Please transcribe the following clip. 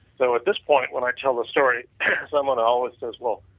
so at this point, when i tell the story someone always says well.